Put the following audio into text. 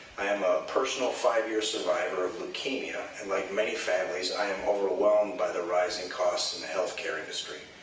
i am a personal five-year survivor of leukemia, and like many families i am overwhelmed by the rising costs in the healthcare industry.